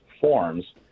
forms